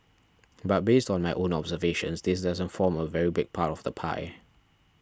but based on my own observations this doesn't form a very big part of the pie